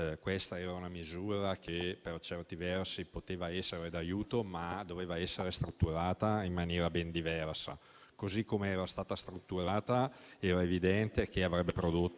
oggetto era una misura che per certi versi poteva essere d'aiuto, ma doveva essere strutturata in maniera ben diversa. Così come era stata strutturata, era evidente che avrebbe prodotto